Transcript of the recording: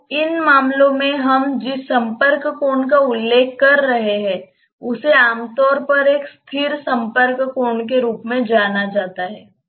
तो इन मामलों में हम जिस संपर्क कोण का उल्लेख कर रहे हैं उसे आमतौर पर एक स्थिर संपर्क कोण के रूप में जाना जाता है